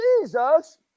Jesus